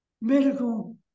medical